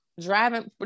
Driving